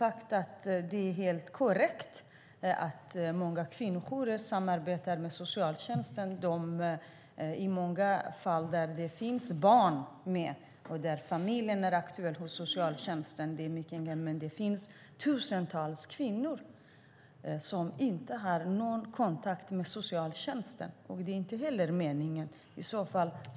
Det är, som sagt, korrekt att många kvinnojourer samarbetar med socialtjänsten. Så är det i många fall där det finns barn med och där familjen är aktuell hos socialtjänsten. Men det finns tusentals kvinnor som inte har någon kontakt med socialtjänsten. Och det är inte heller meningen.